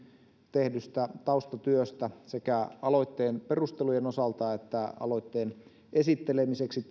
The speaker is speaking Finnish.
tehdystä taustatyöstä sekä aloitteen perustelujen osalta että aloitteen esittelemiseksi